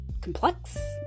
complex